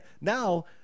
now